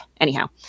Anyhow